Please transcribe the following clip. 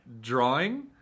Drawing